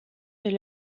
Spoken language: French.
est